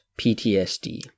PTSD